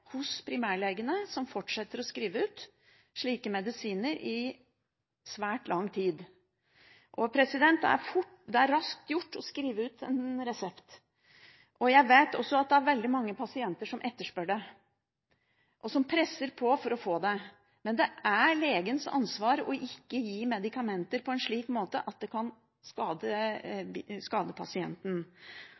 hos primærlegene, som fortsetter å skrive ut slike medisiner i svært lang tid. Det er raskt gjort å skrive ut en resept. Jeg vet også at det er veldig mange pasienter som etterspør det, og som presser på for å få det. Men det er legens ansvar å ikke gi medikamenter på en slik måte at det kan skade